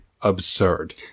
absurd